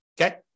okay